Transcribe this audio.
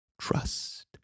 trust